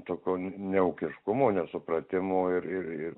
to ko neūkiškumo nesupratimo ir ir